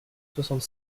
soixante